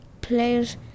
players